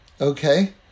Okay